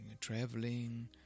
traveling